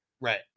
right